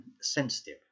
sensitive